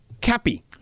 Cappy